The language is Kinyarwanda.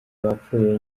bapfuye